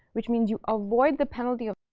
which means you avoid the penalty of